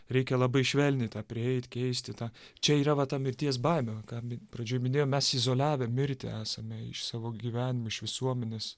reikia labai švelniai tą prieit keisti tą čia yra va ta mirties baimė va ką pradžioj minėjom mes izoliavę mirtį esame iš savo gyvenimo iš visuomenės